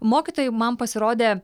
mokytojai man pasirodė